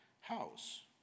house